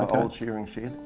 old shearing shed.